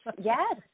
Yes